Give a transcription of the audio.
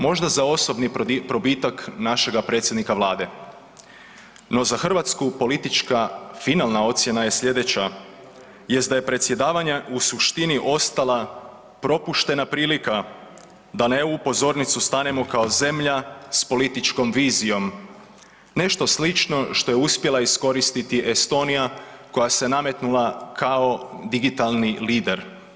Možda za osobni probitak našega predsjednika Vlade, no za Hrvatsku politička finalna ocjena je sljedeća jest da je predsjedavanje u suštini ostala propuštena prilika da na EU pozornicu stanemo kao zemlja sa političkom vizijom, nešto slično što je uspjela iskoristiti Estonija koja se nametnula kao digitalni lider.